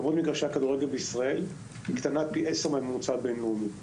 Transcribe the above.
כמות מגרשי הכדורגל בישראל היא קטנה פי עשרה מן הממוצע הבין-לאומי.